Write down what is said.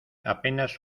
apenas